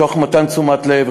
תוך מתן תשומת לב,